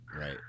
Right